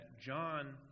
John